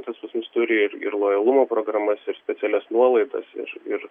pas mus turi ir lojalumo programas ir specialias nuolaidas ir ir